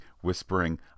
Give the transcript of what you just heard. whispering